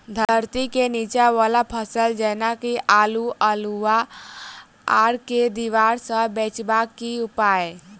धरती केँ नीचा वला फसल जेना की आलु, अल्हुआ आर केँ दीवार सऽ बचेबाक की उपाय?